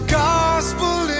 gospel